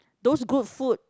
those good food